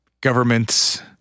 governments